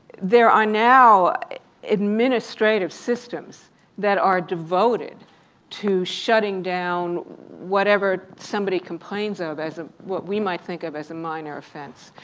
there are now administrative systems that are devoted to shutting down whatever somebody complains of as what we might think of as a minor offense.